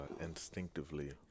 instinctively